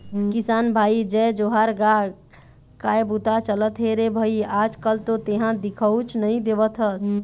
किसान भाई जय जोहार गा काय बूता चलत हे रे भई आज कल तो तेंहा दिखउच नई देवत हस?